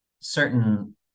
certain